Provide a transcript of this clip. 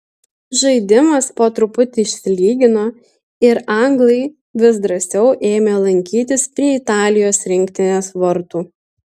žaidimas po truputį išsilygino ir anglai vis drąsiau ėmė lankytis prie italijos rinktinės vartų